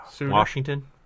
Washington